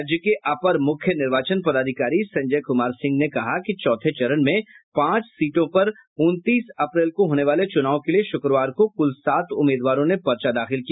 राज्य के अपर मुख्य निर्वाचन पदाधिकारी संजय कुमार सिंह ने कहा कि चौथे चरण में पांच सीटों पर उनतीस अप्रैल को होने वाले चुनाव के लिए शुक्रवार को कुल सात उम्मीदवारों ने पर्चा दाखिल किया